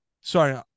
sorry